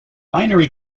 binary